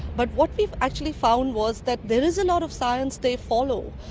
but what we actually found was that there is a lot of science they follow.